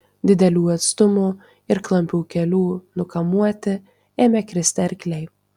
didelių atstumų ir klampių kelių nukamuoti ėmė kristi arkliai